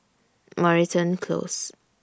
Moreton Close